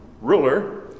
ruler